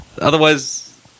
otherwise